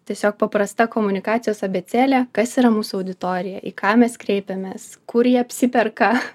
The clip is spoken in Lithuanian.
tiesiog paprasta komunikacijos abėcėlė kas yra mūsų auditorija į ką mes kreipiamės kur jie apsiperka